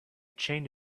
chain